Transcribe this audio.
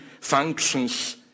functions